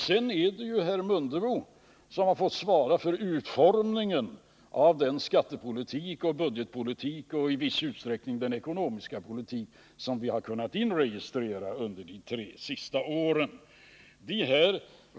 Sedan är det ju herr Mundebo som har fått svara för utformningen av den skattepolitik, den budgetpolitik och i viss utsträckning den ekonomiska politik som vi har kunnat inregistrera under de tre senaste åren.